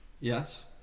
Yes